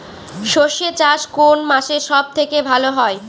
সর্ষে চাষ কোন মাসে সব থেকে ভালো হয়?